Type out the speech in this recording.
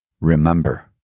remember